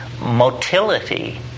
motility